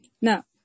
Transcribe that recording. Now